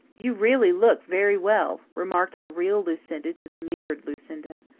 you really look very well, remarked the real lucinda to the mirrored lucinda.